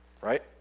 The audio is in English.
right